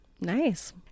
nice